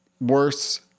worse